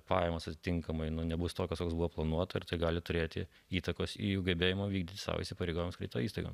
pajamas atitinkamai nu nebus tokiso kokios buvo planuota ir tai gali turėti įtakos jų gebėjimo vykdyti sau įsipareigojimus kitom įstaigom